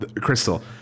crystal